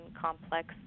complex